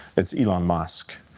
it's elon musk.